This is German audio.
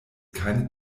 keine